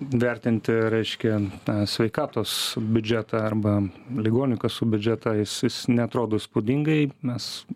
vertinti reiškia sveikatos biudžetą arba ligonių kasų biudžetą jis jis neatrodo įspūdingai mes